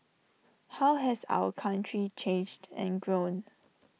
how has our country changed and grown